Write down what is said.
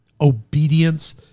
obedience